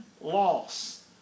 loss